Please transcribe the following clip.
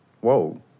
Whoa